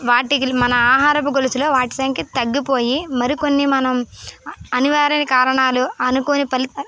వాటికి మన ఆహారపు గొలుసులో వాటి సంఖ్య తగ్గిపోయి మరికొన్ని మనం అనివార్య కారణాలు అనుకోని ఫలితాలు